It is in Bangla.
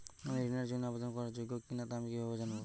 আমি ঋণের জন্য আবেদন করার যোগ্য কিনা তা আমি কীভাবে জানব?